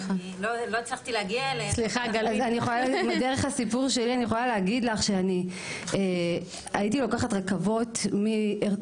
דרך הסיפור שלי אני יכולה להגיד לכם שאני הייתי לוקחת רכבות מהרצליה,